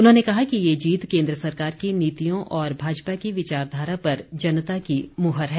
उन्होंने कहा कि ये जीत केन्द्र सरकार की नीतियों व भाजपा की विचारधारा पर जनता की मुहर है